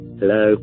Hello